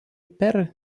per